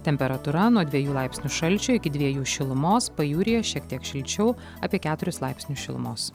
temperatūra nuo dviejų laipsnių šalčio iki dviejų šilumos pajūryje šiek tiek šilčiau apie keturis laipsnius šilumos